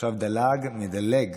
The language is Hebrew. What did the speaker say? עכשיו דה-לג מדלג: